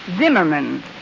Zimmerman